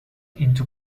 into